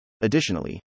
Additionally